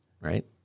right